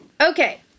Okay